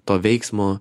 to veiksmo